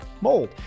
mold